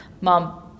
Mom